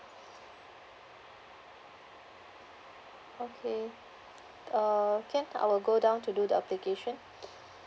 okay uh can I will go down to do the application